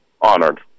honored